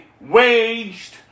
waged